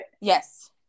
yes